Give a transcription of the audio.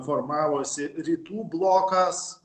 formavosi rytų blokas